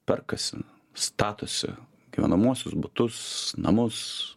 perkasi statosi gyvenamuosius butus namus